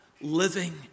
living